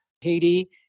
Haiti